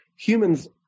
Humans